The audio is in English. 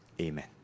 Amen